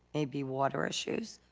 maybe water issues,